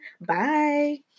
Bye